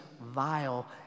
vile